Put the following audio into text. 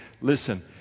listen